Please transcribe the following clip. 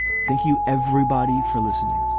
thank you, everybody, for listening